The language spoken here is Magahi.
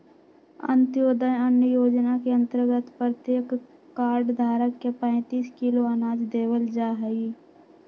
अंत्योदय अन्न योजना के अंतर्गत प्रत्येक कार्ड धारक के पैंतीस किलो अनाज देवल जाहई